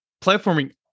platforming